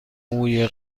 موی